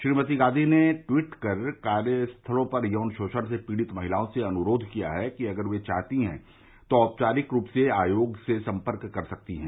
Shrimati Gandhi tweet ट्वीट कर कार्य स्थलों पर यौन शोषण से पीड़ित महिलाओं से अनुरोध किया है कि अगर वे चाहती है तो औपचारिक रूप से आयोग से सम्पर्क कर सकती हैं